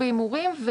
האחרונה.